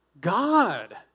God